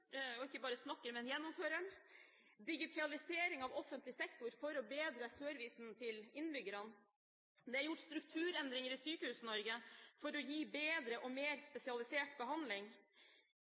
vi ikke bare snakker om den, men gjennomfører den – og digitalisering av offentlig sektor for å bedre servicen til innbyggerne. Det er gjort strukturendringer i Sykehus-Norge for å gi bedre og mer spesialisert behandling.